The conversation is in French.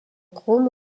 chrome